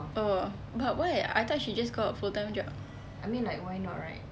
oh but why I thought she just got a full time job